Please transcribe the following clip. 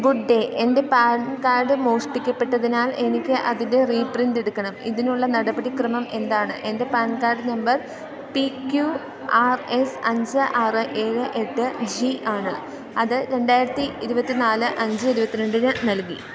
good day എൻറ്റെ PAN card മോഷ്ടിക്കപ്പെട്ടതിനാൽ എനിക്ക് അതിൻ്റെ റീപ്രിൻറ്റ് എടുക്കണം ഇതിനുള്ള നടപടിക്രമം എന്താണ് എൻറ്റെ PAN card number P Q R S അഞ്ച് ആറ് ഏഴ് എട്ട് ജി ആണ് അത് രണ്ടായിരത്തി ഇരുപത്തിനാല് അഞ്ച് ഇരുപത്തിരണ്ടിന് നൽകി